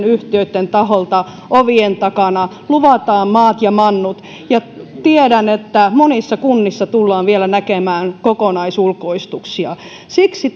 yhtiöitten taholta ovien takana luvataan maat ja mannut ja tiedän että monissa kunnissa tullaan vielä näkemään kokonaisulkoistuksia siksi